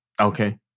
Okay